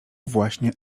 właśnie